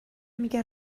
میگه